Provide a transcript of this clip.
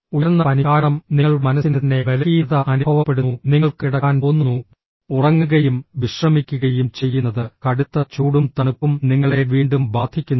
ഉയർന്ന പനി കാരണം നിങ്ങളുടെ മനസ്സിന് തന്നെ ബലഹീനത അനുഭവപ്പെടുന്നു നിങ്ങൾക്ക് കിടക്കാൻ തോന്നുന്നു ഉറങ്ങുകയും വിശ്രമിക്കുകയും ചെയ്യുന്നത് കടുത്ത ചൂടും തണുപ്പും നിങ്ങളെ വീണ്ടും ബാധിക്കുന്നു